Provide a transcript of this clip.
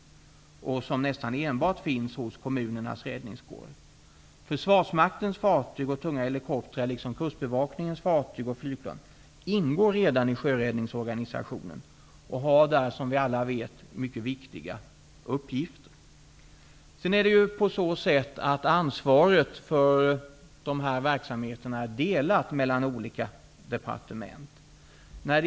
Dessa resurser finns nästan enbart hos kommunernas räddningskårer. Försvarsmaktens fartyg och tunga helikoptrar, liksom Kustbevakningens fartyg och flygplan, ingår redan i sjöräddningsorganisationen och har, som vi alla vet, är deras uppgifter mycket viktiga. Ansvaret för dessa verksamheter är delat mellan olika departement.